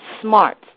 smart